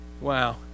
Wow